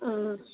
ꯑꯥ